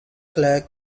clerks